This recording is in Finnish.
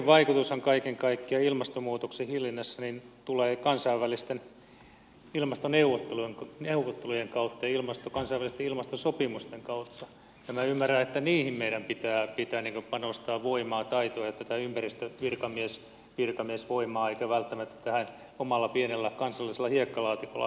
suurin vaikutushan kaiken kaikkiaan ilmastonmuutoksen hillinnässä tulee kansainvälisten ilmastoneuvottelujen ja kansainvälisten ilmastosopimusten kautta ja minä ymmärrän että niihin meidän pitää panostaa voimaa taitoa ja tätä ympäristövirkamiesvoimaa eikä välttämättä tähän omalla pienellä kansallisella hiekkalaatikolla leikkimiseen